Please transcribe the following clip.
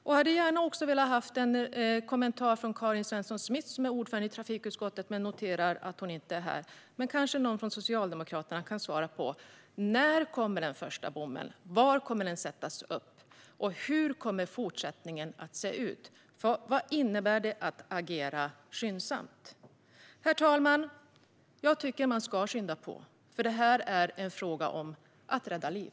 Jag skulle gärna ha velat höra en kommentar från Karin Svensson Smith, som är ordförande i trafikutskottet, men jag noterar att hon inte är i kammaren. Kanske någon från Socialdemokraterna kan svara på frågorna: När kommer den första bommen? Var kommer den att sättas upp? Hur kommer fortsättningen att se ut? Vad innebär det att agera skyndsamt? Herr talman! Jag tycker att man ska skynda på, för detta är en fråga om att rädda liv.